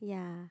yeah